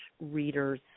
readers